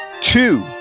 two